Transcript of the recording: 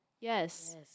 yes